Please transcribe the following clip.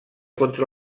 contra